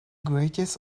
greatest